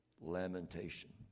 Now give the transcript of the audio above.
lamentation